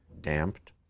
damped